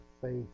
faith